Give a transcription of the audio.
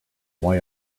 why